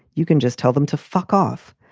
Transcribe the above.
you can just tell them to fuck off.